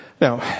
Now